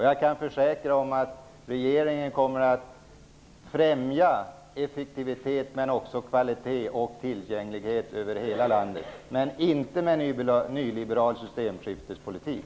Jag kan försäkra att regeringen kommer att främja effektivitet, kvalitet och tillgänglighet över hela landet. Men det kommer inte att ske med hjälp av nyliberal systemskiftespolitik.